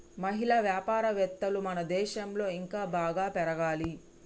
మహిళా వ్యాపారవేత్తలు మన దేశంలో ఇంకా బాగా పెరగాలి